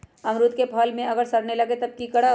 अमरुद क फल म अगर सरने लगे तब की करब?